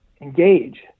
engage